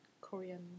Korean